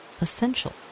essential